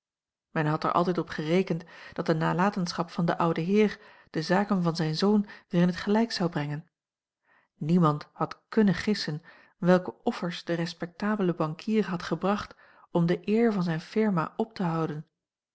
men had er altijd op gerekend dat de nalatenschap van den ouden heer de zaken van zijn zoon weer in het gelijk zou brengen niemand had kunnen gissen welke offers de respectabele bankier had gebracht om de eer van zijne firma op te houden